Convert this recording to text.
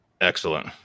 Excellent